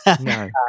no